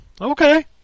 Okay